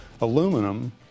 Aluminum